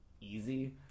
easy